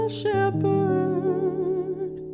shepherd